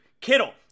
Kittle